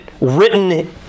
written